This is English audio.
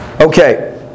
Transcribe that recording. Okay